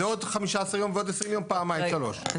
זה עוד 15 יום ועוד 20 יום פעמיים שלוש.